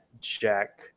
Jack